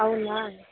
అవునా